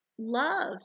love